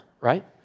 right